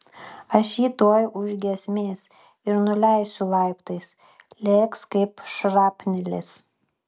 aš jį tuoj už giesmės ir nuleisiu laiptais lėks kaip šrapnelis